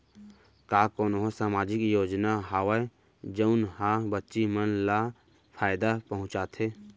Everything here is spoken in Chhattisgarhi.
का कोनहो सामाजिक योजना हावय जऊन हा बच्ची मन ला फायेदा पहुचाथे?